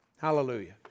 hallelujah